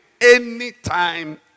Anytime